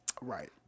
Right